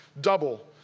Double